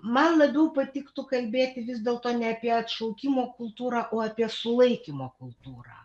man labiau patiktų kalbėti vis dėlto ne apie atšaukimo kultūrą o apie sulaikymo kultūrą